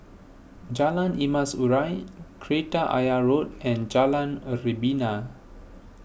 Jalan Emas Urai Kreta Ayer Road and Jalan a Rebana